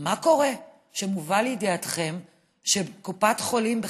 מה קורה כשמובא לידיעתכם שקופת חולים כללית,